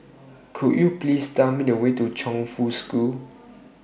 Could YOU Please Tell Me The Way to Chongfu School